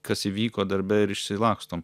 kas įvyko darbe ir išsilakstom